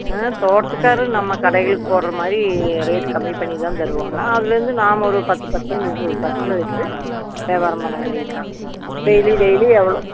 ஆ தோட்டத்துக்கார் நம்ம கடையில் போடுகிற மாதிரி ரேட்டு கம்மி பண்ணி தான் தருவாங்க அதுலந்து நாம ஒரு பத்து பர்ஸன்ட் இருபது பர்ஸன்ட்டு வச்சி வியாபாரம் பண்ண வேண்டிய தான் டெய்லி டெய்லி எவ்வளோ